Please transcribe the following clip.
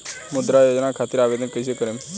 मुद्रा योजना खातिर आवेदन कईसे करेम?